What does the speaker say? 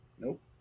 Nope